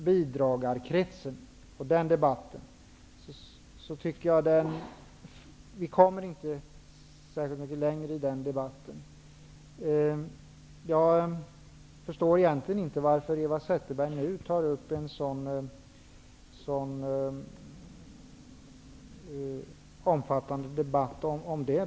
Vi kommer inte särskilt mycket längre i debatten om kretsen av bidragsberättigade. Jag förstår egentligen inte varför Eva Zetterberg nu tar upp en så omfattande debatt om det.